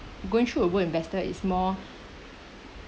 going through robo investor is more